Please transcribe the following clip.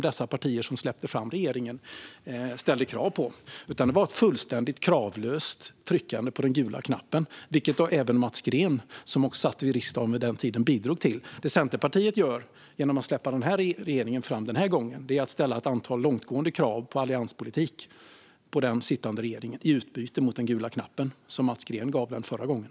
De partier som släppte fram regeringen ställde inga sådana krav, utan det var ett fullständigt kravlöst tryck på den gula knappen - vilket även Mats Green, som också satt i riksdagen vid den tiden, bidrog till. Det vi i Centerpartiet gör när vi släpper fram regeringen den här gången är att ställa ett antal långtgående krav på allianspolitik från den sittande regeringen i utbyte mot att vi trycker på den gula knappen, som Mats Green gjorde förra gången.